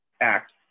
act